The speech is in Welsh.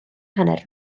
hanner